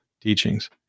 teachings